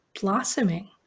blossoming